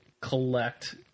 collect